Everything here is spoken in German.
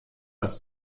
als